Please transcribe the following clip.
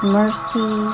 mercy